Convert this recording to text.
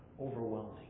overwhelming